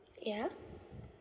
yeah